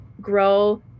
grow